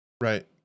right